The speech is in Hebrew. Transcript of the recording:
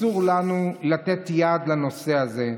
אסור לנו לתת יד לנושא הזה,